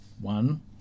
one